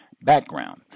Background